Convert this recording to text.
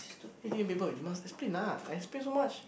why do you taking paper you must speak enough I speak so much